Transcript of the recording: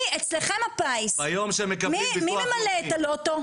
אצלכם הפיס מי ממלא את הלוטו?